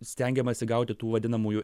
stengiamasi gauti tų vadinamųjų